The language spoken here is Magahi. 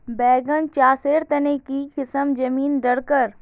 बैगन चासेर तने की किसम जमीन डरकर?